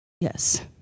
yes